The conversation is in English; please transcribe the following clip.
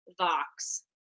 Vox